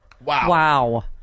Wow